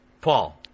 Paul